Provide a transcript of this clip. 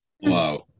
Wow